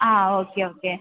yes okay okay